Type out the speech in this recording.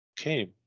Okay